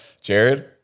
Jared